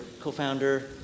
co-founder